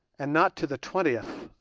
and not to the twentieth,